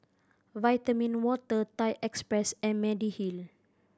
Vitamin Water Thai Express and Mediheal